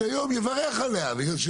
לדעתי יש 4000 שלא, ורובם יבואנים, אם זו